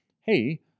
hey